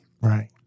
Right